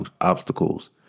obstacles